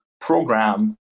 program